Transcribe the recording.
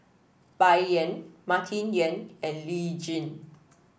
Bai Yan Martin Yan and Lee Tjin